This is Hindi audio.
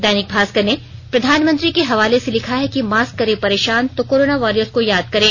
दैनिक भास्कर ने प्रधानमंत्री के हवाले से लिखा है कि मास्क करे परेशान तो कोरोना वॉरियर्स को याद करें